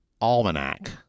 almanac